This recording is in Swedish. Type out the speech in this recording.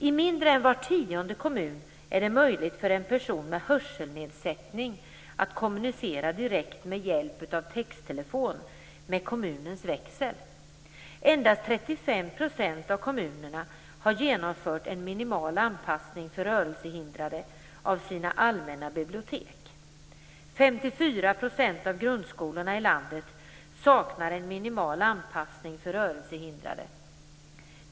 I mindre än var tionde kommun är det möjligt för en person med hörselnedsättning att kommunicera direkt med hjälp av texttelefon med kommunens växel. Endast 35 % av kommunerna har genomfört en minimal anpassning för rörelsehindrade av sina allmänna bibliotek. 54 % av grundskolorna i landet saknar en minimal anpassning för rörelsehindrade.